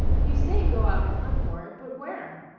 you say go out and hunt for it but where?